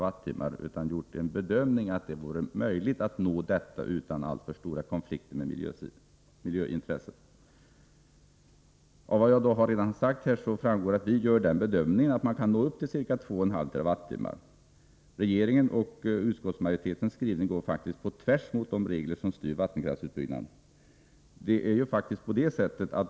Vi har gjort en bedömning och tror att det vore möjligt att nå denna nivå utan alltför stora konflikter med miljöintressena. Av det jag redan har sagt framgår att vi gör den bedömningen att man kan nå upp till ca 2,5 TWh. Regeringens och utskottsmajoritetens skrivning går faktiskt på tvärs mot de regler som styr vattenkraftsutbyggnaden.